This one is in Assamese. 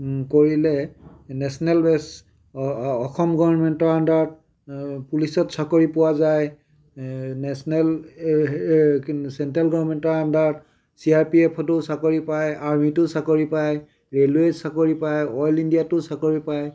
কৰিলে নেশ্যনেল বেটচ অসম গৰমেণ্টৰ আন্দাৰত পুলিচত চাকৰি পোৱা যায় নেশ্যনেল এই এই কি চেণ্ট্ৰেল গৰমেণ্টৰ আন্দাৰত চি আৰ পি এফটো চাকৰি পায় আৰ্মিটো চাকৰি পায় ৰেলৱেট চাকৰি পায় অইল ইণ্ডিয়াটো চাকৰি পায়